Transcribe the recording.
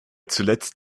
zuletzt